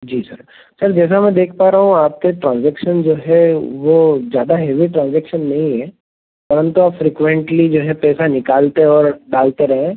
जी sir sir जैसा मैं देख पा रहा हूँ आपके ट्रांज़ेक्शन जो हैं वे ज़्यादा हैवी ट्रांज़ेक्शन नहीं हैं परंतु आप फ़्रीक्वेन्टली जो है पैसा निकालते और डालते रहे हैं